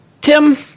Tim